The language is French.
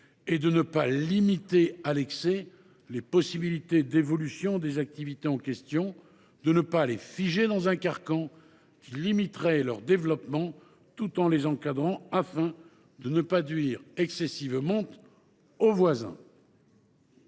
est de ne pas limiter à l’excès les possibilités d’évolution des activités en question, de ne pas les figer dans un carcan qui limiterait leur développement, tout en les encadrant, pour ne pas nuire excessivement au voisinage.